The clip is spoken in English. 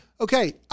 okay